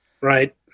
Right